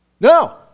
No